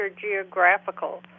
geographical